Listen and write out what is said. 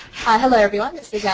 hi! hello everyone. this yeah